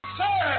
sir